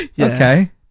Okay